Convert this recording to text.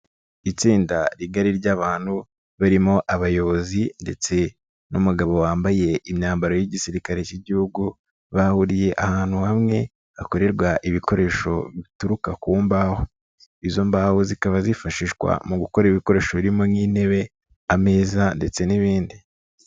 Itsinda rigari ry'abantu, barimo abayobozi ndetse n'umugabo wambaye imyambaro y'igisirikare cy'igihugu, bahuriye ahantu hamwe, hakorerwa ibikoresho bituruka ku mbaho, izo mbaho zikaba zifashishwa mu gukora ibikoresho birimo nk'intebe, ameza ndetse n'ibindi.